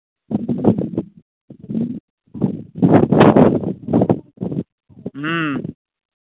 ꯎꯝ